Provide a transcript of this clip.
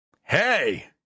hey